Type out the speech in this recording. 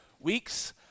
weeks